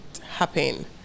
happen